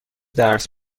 درس